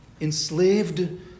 enslaved